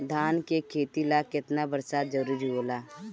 धान के खेती ला केतना बरसात जरूरी होला?